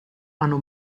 hanno